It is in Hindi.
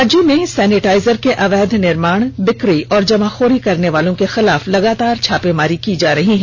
राज्य में सैनिटाइजर के अवैध निर्माण बिक्री और जमाखोरी करने वालों के खिलाफ लगातार छापेमारी की जा रही है